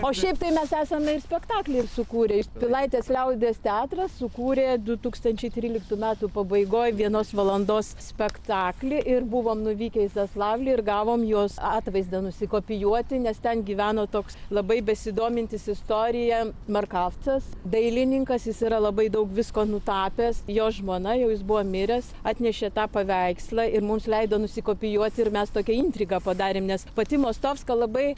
o šiaip tai mes esam ir spektaklį sukūrę ir pilaitės liaudies teatras sukūrė du tūkstančiai tryliktų metų pabaigoj vienos valandos spektaklį ir buvom nuvykę į zaslavlį ir gavom jos atvaizdą nusikopijuoti nes ten gyveno toks labai besidomintis istorija markavcas dailininkas jis yra labai daug visko nutapęs jo žmona jau jis buvo miręs atnešė tą paveikslą ir mums leido nusikopijuot ir mes tokią intrigą padarėm nes pati mostovska labai